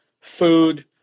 food